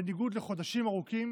בניגוד לחודשים ארוכים